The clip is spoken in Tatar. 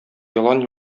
елан